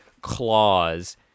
claws